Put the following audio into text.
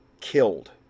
killed